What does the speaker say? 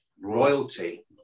royalty